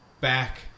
back